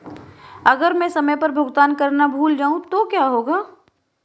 अगर मैं समय पर भुगतान करना भूल जाऊं तो क्या होगा?